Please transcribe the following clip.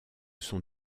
sont